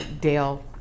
Dale